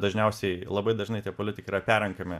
dažniausiai labai dažnai tie politikai yra perrenkami